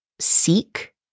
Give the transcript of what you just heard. seek